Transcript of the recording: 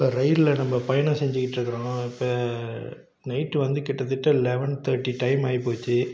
இப்போ ரயிலில் நம்ம பயணம் செஞ்சுக்கிட்டு இருக்கிறோம் இப்போ நைட்டு வந்து கிட்டத்தட்ட லெவன் தேர்ட்டி டைம் ஆகிப்போச்சு